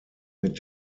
mit